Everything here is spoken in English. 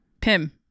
Pim